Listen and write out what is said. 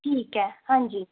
ਠੀਕ ਹੈ ਹਾਂਜੀ